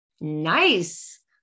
Nice